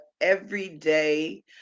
everyday